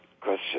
question